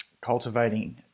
cultivating